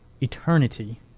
eternity